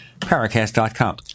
Paracast.com